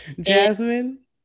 Jasmine